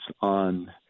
on